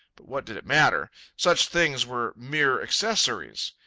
but what did it matter? such things were mere accessories.